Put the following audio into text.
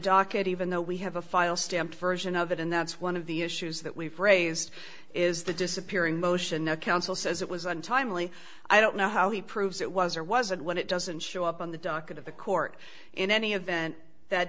docket even though we have a file stamped version of it and that's one of the issues that we've raised is the disappearing motion the council says it was untimely i don't know how he proves it was or wasn't when it doesn't show up on the docket of the court in any event that